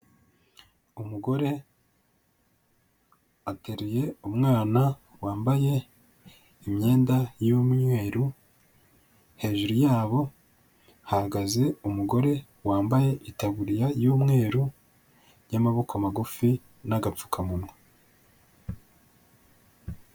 Umugore ateruye umwana wambaye imyenda y'umweru, hejuru yabo hahagaze umugore wambaye itaburiya y'umweru y'amaboko magufi n'agapfukamunwa.